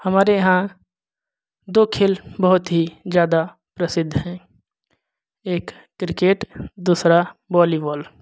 हमारे यहाँ दो खेल बहुत ही ज्यादा प्रसिद्ध हैं एक क्रिकेट दूसरा वॉली बॉल